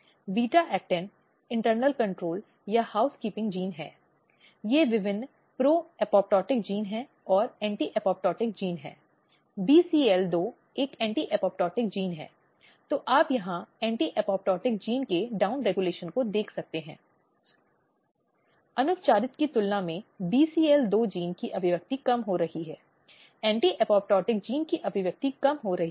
अब जब हम एजेंसियों की बात कर रहे हैं तो समाज में अलग अलग निकाय संस्थाएँ हैं जो महिलाओं के हित के लिए काम कर रही हैं